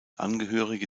angehörige